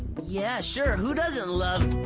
yeah sure, who doesn't love.